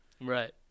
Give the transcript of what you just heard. Right